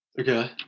Okay